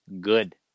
good